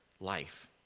life